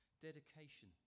dedication